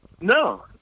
No